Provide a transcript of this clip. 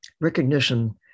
recognition